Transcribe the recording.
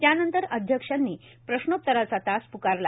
त्यानंतर अध्यक्षांनी प्रश्नोतराचा तास प्कारला